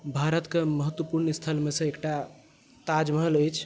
भारत के महत्वपूर्ण स्थल मे सँ एकटा ताजमहल अछि